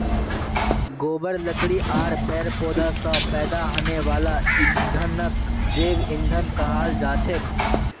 गोबर लकड़ी आर पेड़ पौधा स पैदा हने वाला ईंधनक जैव ईंधन कहाल जाछेक